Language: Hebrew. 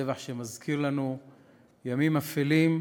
טבח שמזכיר לנו ימים אפלים,